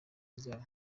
ryawo